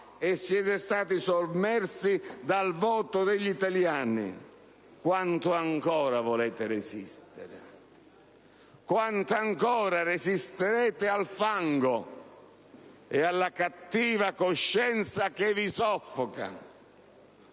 e siete stati sommersi dal voto degli italiani. Quanto ancora volete resistere? Quanto ancora resisterete al fango ed alla cattiva coscienza che vi soffoca?